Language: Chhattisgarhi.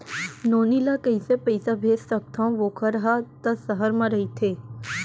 नोनी ल कइसे पइसा भेज सकथव वोकर हा त सहर म रइथे?